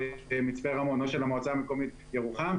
מצפה רמון או של המועצה המקומית ירוחם,